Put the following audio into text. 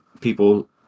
people